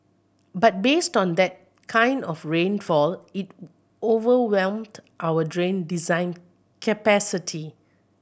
but based on that kind of rainfall it overwhelmed our drain design capacity